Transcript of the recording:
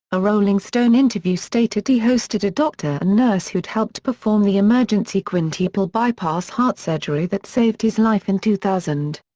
a rolling stone interview stated he hosted a doctor and nurse who'd helped perform the emergency quintuple-bypass heart surgery that saved his life in two thousand.